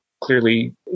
Clearly